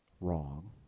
wrong